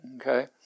okay